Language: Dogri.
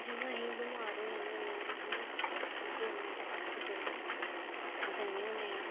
जियां अहीं बमार होई जन्ने होन्ने आं अहीं गौरमैंट हास्पिटल जन्ने होन्ने आं